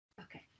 Okay